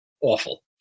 awful